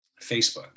Facebook